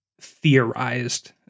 theorized